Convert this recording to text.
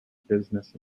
business